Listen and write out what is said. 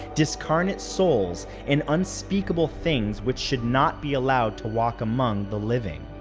discarnate souls, and unspeakable things which should not be allowed to walk among the living.